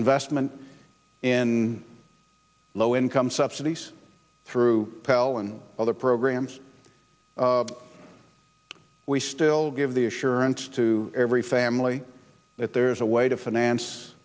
investment in low income subsidies through pell and other programs we still give the assurance to every family that there's a way to finance